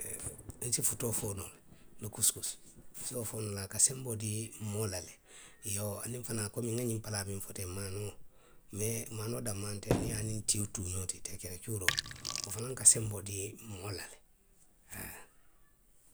Nsi futoo foo noo le., le kusikusi, nse wo fo noo le, a ka senboo dii moo la le. Iyoo aniŋ fanaŋ, komiŋ nŋa ňiŋ palaa nŋa miŋ fo i ye teŋ maanoo. Mee maanoo danmaŋ nteŋ, niŋ i ye a niŋ tiyoo tuu ňooti teŋ, tiya kere cuuroo, wo fanaŋ ka senboo dii moo la le, haa,.